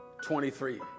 23